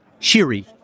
Shiri